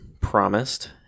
promised